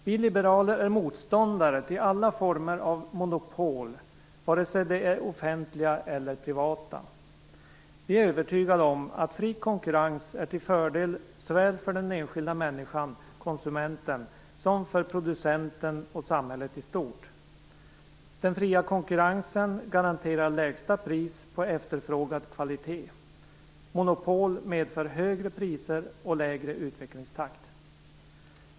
Vi liberaler är motståndare till alla former av monopol, vare sig de är offentliga eller privata. Vi är övertygade om att fri konkurrens är till fördel såväl för den enskilda människan - konsumenten - som för producenten och samhället i stort. Den fria konkurrensen garanterar lägsta pris på efterfrågad kvalitet. Monopol medför högre priser och lägre utvecklingstakt.